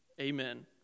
Amen